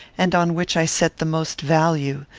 and on which i set the most value,